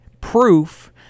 proof